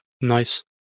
Nice